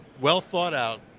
well-thought-out